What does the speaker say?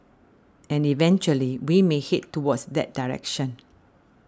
and eventually we may head towards that direction